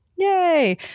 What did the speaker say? Yay